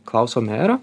klausiau mėjerio